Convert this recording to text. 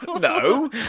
No